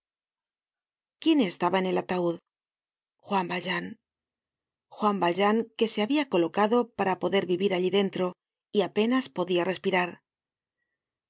quién estaba en el ataud juan valjean juan valjean que se había colocado para poder vivir allí dentro y apenas podia respirar